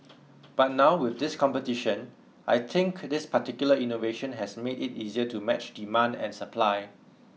but now with this competition I think this particular innovation has made it easier to match demand and supply